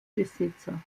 besitzer